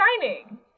Shining